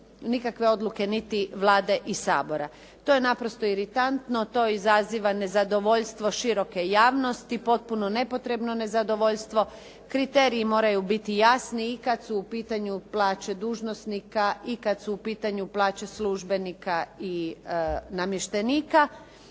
nikakve odluke niti Vlade i Sabora. To je naprosto iritantno, to izaziva nezadovoljstvo široke javnosti, potpuno nepotrebno nezadovoljstvo. Kriteriji moraju biti jasni i kad su u pitanju plaće dužnosnika i kad su u pitanju plaće službenika i namještenika,